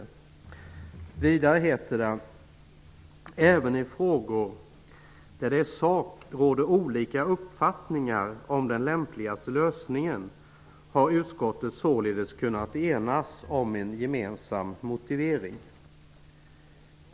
Vidare sägs det: ''Även i frågor där det i sak råder olika uppfattningar om den lämpligaste lösningen har utskottet således kunnat enas om en gemensam motivering.''